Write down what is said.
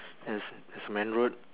yes there's a main road